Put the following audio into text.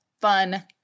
fun